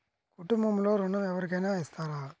కుటుంబంలో ఋణం ఎవరికైనా ఇస్తారా?